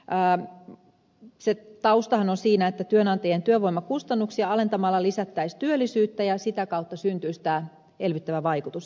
sen taustahan on siinä että työnantajien työvoimakustannuksia alentamalla lisättäisiin työllisyyttä ja sitä kautta syntyisi tämä elvyttävä vaikutus eikö niin